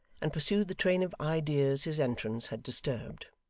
and pursued the train of ideas his entrance had disturbed.